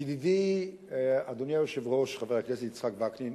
ידידי אדוני היושב-ראש, חבר הכנסת יצחק וקנין,